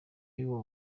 y’ubu